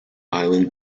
island